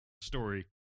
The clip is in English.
story